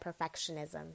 perfectionism